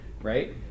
Right